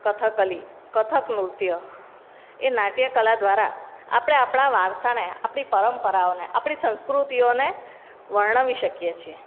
કથકલી કથક નૃત્ય એ નાટ્ય કલા દ્વારા આપણે આપણા વારસાને આપણી પરંપરાઓને આપણી સંસ્કૃતિઓને વર્ણવી શકીએ છીએ